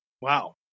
Wow